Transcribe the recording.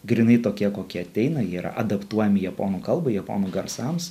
grynai tokie kokie ateina jie yra adaptuojami japonų kalbai japonų garsams